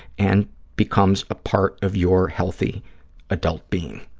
and becomes a part of your healthy adult being.